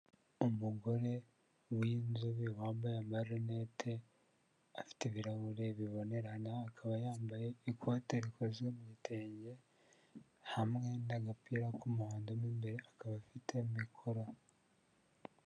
Umugore w'inzobe wambaye amarinete afite ibirahure bibonerana, akaba yambaye ikote rikozwe mu gitenge hamwe n'agapira k'umuhondo mo imbere, akaba afite mikoro.